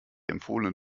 empfohlene